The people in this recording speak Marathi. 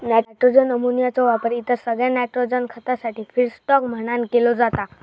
नायट्रोजन अमोनियाचो वापर इतर सगळ्या नायट्रोजन खतासाठी फीडस्टॉक म्हणान केलो जाता